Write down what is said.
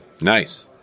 Nice